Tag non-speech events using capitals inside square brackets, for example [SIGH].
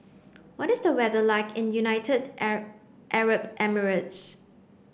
[NOISE] what is the weather like in United [UNINTELLIGIBLE] Arab Emirates